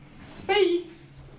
speaks